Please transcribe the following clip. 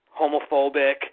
homophobic